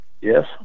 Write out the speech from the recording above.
yes